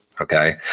Okay